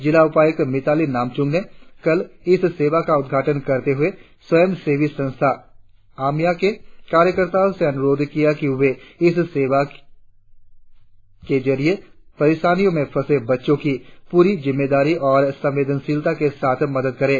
जिला उपायुक्त मिताली नामचुम ने कल इस सेवा का उद्घाटन करते हुए स्वयं सेवी संस्था आम्या के कार्यकर्ताओं से अनुरोध किया कि वे इस सेवा की जरिए परिशानियों में फंसे बच्चों की पूरी जिम्मेदारी और संवेदनशिलता के साथ मदद करे